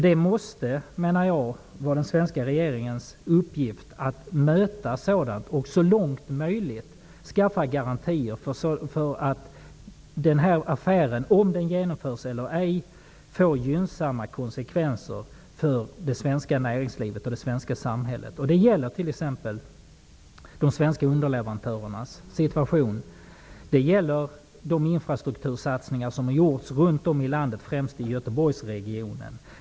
Det måste vara den svenska regeringens uppgift att möta sådant och så långt möjligt skaffa garantier för att den här affären får gynsamma konsekvenser för det svenska näringslivet och det svenska samhället vare sig den genomförs eller ej. Det gäller t.ex. de svenska underleverantörernas situation och de infrastruktursatsningar som har gjorts runt om i landet, främst i Göteborgsregionen.